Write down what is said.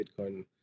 Bitcoin